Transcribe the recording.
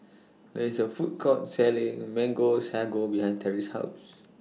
There IS A Food Court Selling Mango Sago behind Terry's House